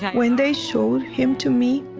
when they showed him to me,